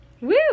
Woo